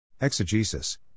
Exegesis